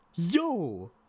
Yo